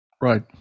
Right